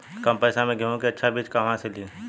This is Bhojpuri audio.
कम पैसा में गेहूं के अच्छा बिज कहवा से ली?